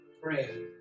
pray